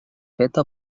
feta